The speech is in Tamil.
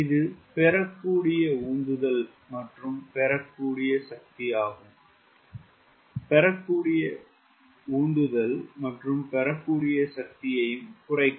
அது பெறக்கூடிய உந்துதல் மற்றும் பெறக்கூடிய சக்தியும் குறைக்கும்